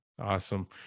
Awesome